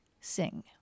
sing